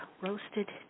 roasted